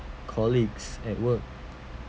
colleagues at work